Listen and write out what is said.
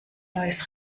neues